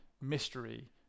mystery